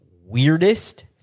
weirdest